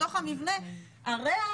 בתוך המבנה הריח,